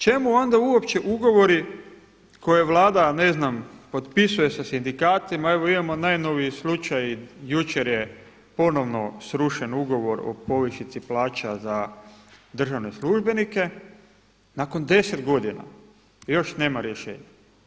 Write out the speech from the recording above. Čemu onda uopće ugovori koje Vlada ne znam potpisuje sa sindikatima, evo imamo najnoviji slučaj jučer je ponovno srušen ugovor o povišici plaća za državne službenike, nakon 10 godina još nema rješenja.